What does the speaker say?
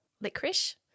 licorice